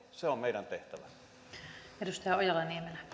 se on meidän tehtävämme arvoisa rouva